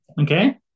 okay